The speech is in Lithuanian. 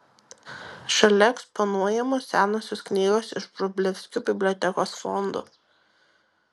šalia eksponuojamos senosios knygos iš vrublevskių bibliotekos fondų